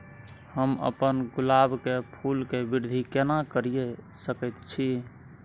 हम अपन गुलाब के फूल के वृद्धि केना करिये सकेत छी?